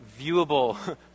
viewable